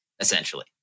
essentially